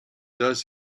does